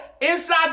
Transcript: Inside